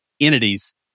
entities